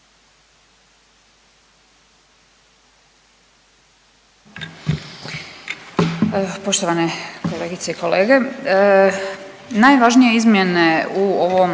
Poštovane kolegice i kolege, najvažnije izmjene u ovom